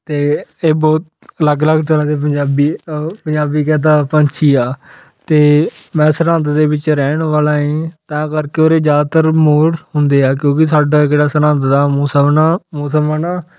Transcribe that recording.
ਅਤੇ ਇਹ ਬਹੁਤ ਅਲੱਗ ਅਲੱਗ ਤਰ੍ਹਾਂ ਦੇ ਪੰਜਾਬੀ ਉਹ ਪੰਜਾਬੀ ਕਹਿ ਤਾ ਪੰਛੀ ਆ ਅਤੇ ਮੈਂ ਸਰਹੰਦ ਦੇ ਵਿੱਚ ਰਹਿਣ ਵਾਲਾ ਏ ਤਾਂ ਕਰਕੇ ਉਰੇ ਜ਼ਿਆਦਾਤਰ ਮੋਰ ਹੁੰਦੇ ਆ ਕਿਉਂਕਿ ਸਾਡਾ ਜਿਹੜਾ ਸਰਹੰਦ ਦਾ ਮੌਸਮ ਨਾ ਮੌਸਮ ਆ ਨਾ